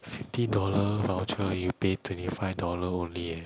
fifty dollar voucher you pay twenty five dollar only eh